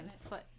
foot